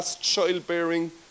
childbearing